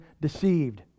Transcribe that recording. deceived